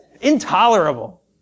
Intolerable